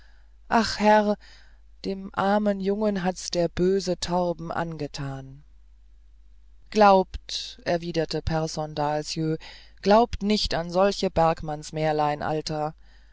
ach herr dem armen jungen hat's der böse torbern angetan glaubt erwiderte pehrson dahlsjö glaubt nicht an solche bergmannsmärlein alter